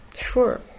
sure